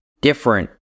different